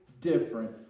different